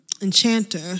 Enchanter